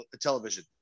television